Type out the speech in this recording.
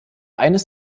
eines